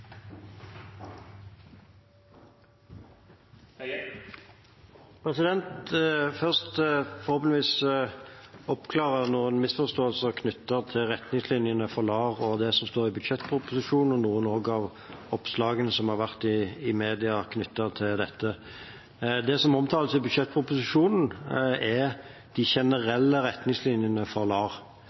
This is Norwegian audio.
LAR og det som står i budsjettproposisjonen, og noen av oppslagene som har vært i media knyttet til dette. Det som omtales i budsjettproposisjonen, er de generelle retningslinjene for LAR.